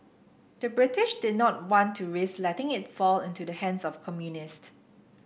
the British did not want to risk letting it fall into the hands of communist